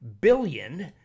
billion